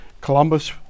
Columbus